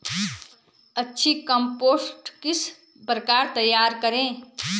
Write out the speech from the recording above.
अच्छी कम्पोस्ट किस प्रकार तैयार करें?